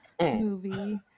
movie